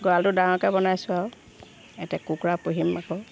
গঁৰালটো ডাঙৰকৈ বনাইছোঁ আৰু ইয়াতে কুকুৰা পুহিম আকৌ